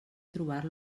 trobar